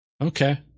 Okay